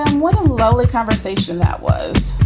what a lovely conversation that was